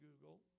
Google